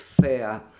fair